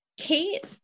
Kate